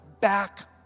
back